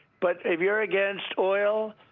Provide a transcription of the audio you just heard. but if you're against oil,